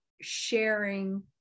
sharing